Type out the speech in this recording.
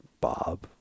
Bob